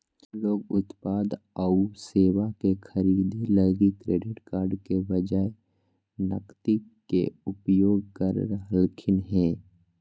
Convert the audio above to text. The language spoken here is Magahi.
लोग उत्पाद आऊ सेवा के खरीदे लगी क्रेडिट कार्ड के बजाए नकदी के उपयोग कर रहलखिन हें